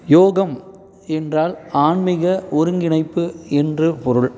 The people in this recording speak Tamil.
யோகம் என்றால் ஆன்மீக ஒருங்கிணைப்பு என்று பொருள்